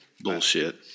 Bullshit